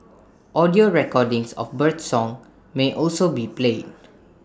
audio recordings of birdsong may also be played